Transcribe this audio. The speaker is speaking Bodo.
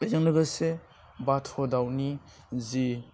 बेजों लोगोसे बाथ' दाउनि जि